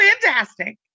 fantastic